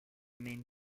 mean